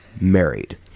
married